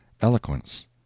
eloquence